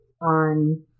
on